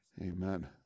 amen